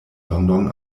london